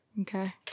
okay